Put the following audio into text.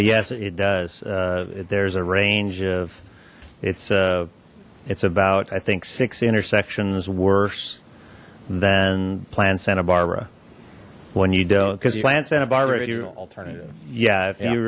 yes it does there's a range of it's a it's about i think six intersections worse than planned santa barbara when you don't cuz plant santa barbara do alternative yeah if you